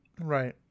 Right